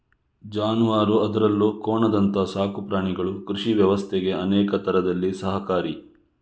ಜಾನುವಾರು ಅದ್ರಲ್ಲೂ ಕೋಣದಂತ ಸಾಕು ಪ್ರಾಣಿಗಳು ಕೃಷಿ ವ್ಯವಸ್ಥೆಗೆ ಅನೇಕ ತರದಲ್ಲಿ ಸಹಕಾರಿ